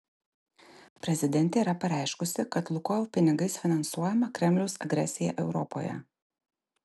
prezidentė yra pareiškusi kad lukoil pinigais finansuojama kremliaus agresija europoje